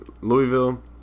Louisville